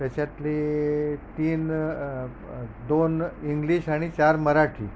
त्याच्यातली तीन दोन इंग्लिश आणि चार मराठी